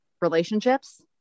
relationships